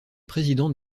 président